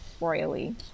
royally